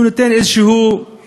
והוא נותן איזו תקווה,